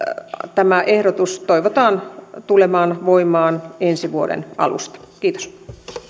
toivotaan tulevan voimaan ensi vuoden alusta kiitos